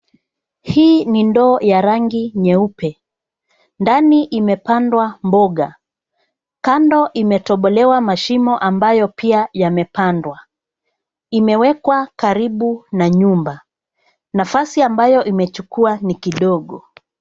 Hii ni ndoo ya rangi nyeupe. Ndani imepandwa mboga. Kando imetobolewa mashimo ambayo pia yamepandwa. Imewekwa karibu na nyumba. Nafasi ambayo imechukua ni kidogo.